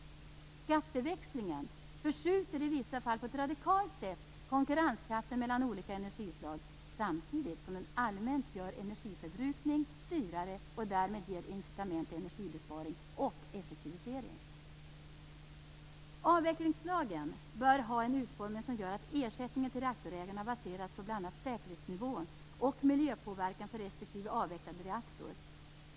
Skatteväxlingen förskjuter, i vissa fall på ett radikalt sätt, konkurrenskraften mellan olika energislag samtidigt som den allmänt gör energiförbrukning dyrare och därmed ger incitament till energibesparing och effektivisering. Avvecklingslagen bör ha en utformning som gör att ersättningen till reaktorägarna baseras på bl.a. säkerhetsnivån och miljöpåverkan för respektive avvecklad reaktor.